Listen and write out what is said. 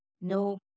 no